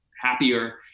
happier